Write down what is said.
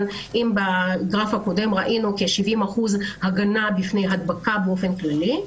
בגרף הקודם ראינו כ-70% הגנה בפני הדבקה באופן כללי.